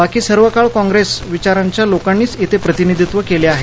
बाकी सर्वकाळ काँप्रेस विचारांच्या लोकांनीच इथं प्रतिनिधीत्व केलेले आहे